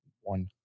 One